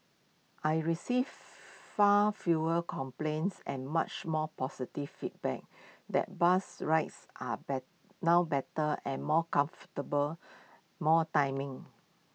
I receive far fewer complaints and much more positive feedback that bus rides are now better and more comfortable more timing